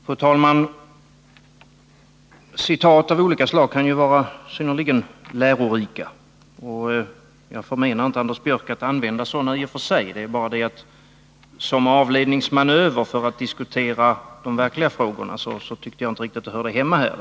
Fru talman! Citat av olika slag kan ju vara synnerligen lärorika, och jag förmenar inte Anders Björck att använda sådana i och för sig. Det är bara det att som avledningsmanövrer för att man skall slippa diskutera de verkliga 173 frågorna tyckte jag inte sådana hörde hemma här.